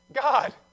God